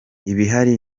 ibihari